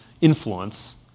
influence